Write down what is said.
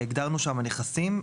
והגדרנו שם נכסים.